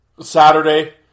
Saturday